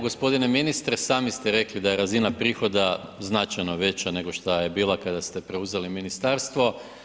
Gospodine ministre sami ste rekli da je razina prihoda značajno veća nego šta je bila kada ste preuzeli ministarstvo.